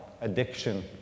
Addiction